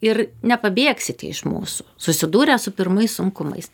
ir nepabėgsite iš mūsų susidūrę su pirmais sunkumais